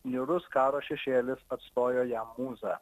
niūrus karo šešėlis atstojo jam mūzą